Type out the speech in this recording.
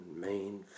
main